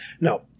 No